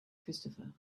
christopher